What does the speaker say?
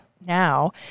now